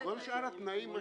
מאשרים את התוכנית בתנאי א,